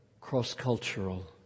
cross-cultural